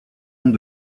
noms